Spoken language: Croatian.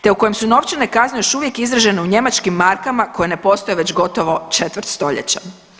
te u kojem su novčane kazne još uvijek izražene u njemačkim markama koje ne postoje još gotovo četvrt stoljeća.